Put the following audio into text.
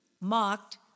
mocked